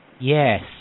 Yes